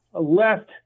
left